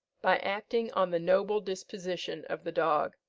by acting on the noble disposition of the dog.